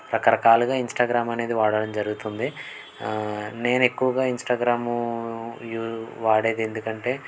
రకరకాలుగా ఇన్స్టాగ్రామ్ అనేది వాడడం జరుగుతుంది నేను ఎక్కువగా ఇన్స్టాగ్రామూ యూ వాడేది ఎందుకంటే